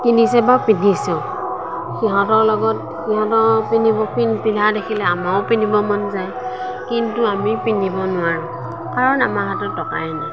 কিনিছে বা পিন্ধিছেও সিহঁতৰ লগত সিহঁতৰ পিন্ধা দেখিলে আমাৰো পিন্ধিব মন যায় কিন্তু আমি পিন্ধিব নোৱাৰোঁ কাৰণ আমাৰ হাতত টকাই নাই